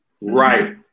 Right